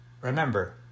Remember